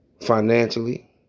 financially